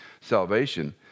salvation